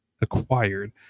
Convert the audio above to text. acquired